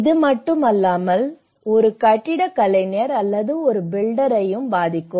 அது மட்டுமல்லாமல் இது ஒரு கட்டிடக் கலைஞர் அல்லது ஒரு பில்டரையும் பாதிக்கும்